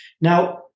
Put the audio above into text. Now